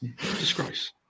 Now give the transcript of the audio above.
Disgrace